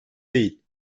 değil